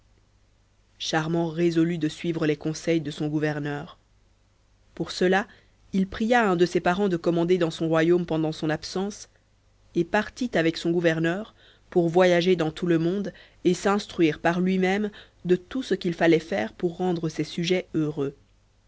charmant résolut de suivre les conseils de son gouverneur pour cela il pria un de ses parents de commander dans son royaume pendant son absence et partit avec son gouverneur pour voyager dans tout le monde et s'instruire par lui-même de tout ce qu'il fallait faire pour rendre ses sujets heureux